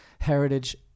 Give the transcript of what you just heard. heritage